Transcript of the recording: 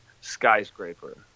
Skyscraper